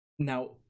Now